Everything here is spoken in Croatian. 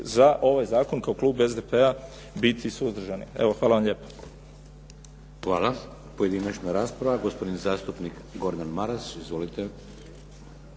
za ovaj zakon kao klub SDP-a biti suzdržani. Evo, hvala vam lijepa. **Šeks, Vladimir (HDZ)** Hvala. Pojedinačna rasprava, gospodin zastupnik Gordan Maras. Izvolite.